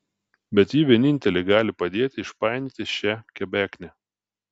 bet ji vienintelė gali padėti išpainioti šią kebeknę